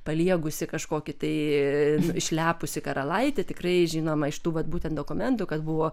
paliegusį kažkokį tai išlepusį karalaitį tikrai žinoma iš tų vat būtent dokumentų kad buvo